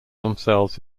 themselves